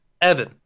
Evan